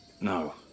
no